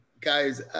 guys